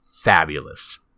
fabulous